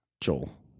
Joel